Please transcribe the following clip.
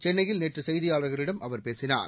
சென்னையில் நேற்று செய்தியாளர்களிடம் அவர் பேசினார்